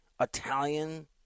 Italian-